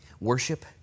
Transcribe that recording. worship